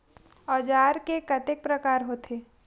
औजार के कतेक प्रकार होथे?